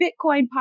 Bitcoin